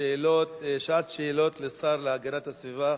שעת שאלות לשר להגנת הסביבה.